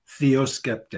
theoskeptic